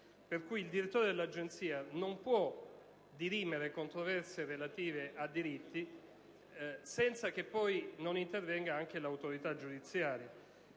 il direttore dell'Agenzia non può dirimere controversie relative a diritti senza che poi non intervenga anche l'autorità giudiziaria.